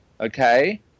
Okay